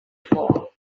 floor